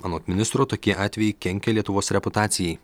anot ministro tokie atvejai kenkia lietuvos reputacijai